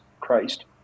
Christ